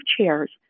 chairs